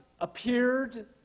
appeared